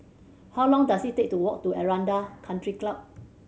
how long does it take to walk to Aranda Country Club